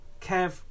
Kev